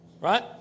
Right